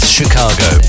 Chicago